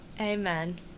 Amen